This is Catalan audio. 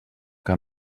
que